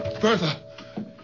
Bertha